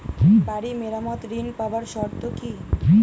বাড়ি মেরামত ঋন পাবার শর্ত কি?